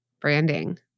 branding